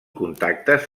contactes